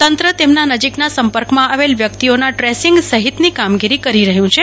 તંત્ર તેમની નજીકમાં આવેલ વ્યક્તિઓના ટ્રેસિંગ સહિતની કામગીરી કરી રહ્યું છે